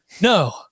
No